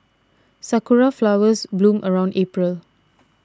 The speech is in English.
sakura flowers bloom around April